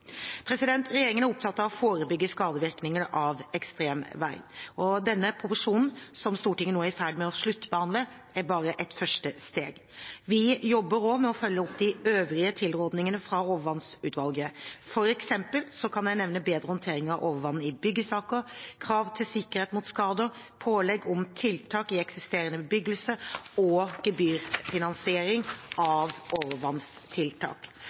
Regjeringen er opptatt av å forebygge skadevirkninger av ekstremvær. Denne proposisjonen, som Stortinget nå er i ferd med å sluttbehandle, er bare et første steg. Vi jobber også med å følge opp de øvrige tilrådningene fra overvannsutvalget. For eksempel kan jeg nevne bedre håndtering av overvann i byggesaker, krav til sikkerhet mot skader, pålegg om tiltak i eksisterende bebyggelse og gebyrfinansiering av overvannstiltak.